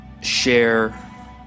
share